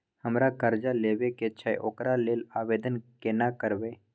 हमरा कर्जा लेबा के छै ओकरा लेल आवेदन केना करबै?